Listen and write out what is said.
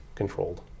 controlled